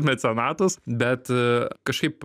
mecenatus bet kažkaip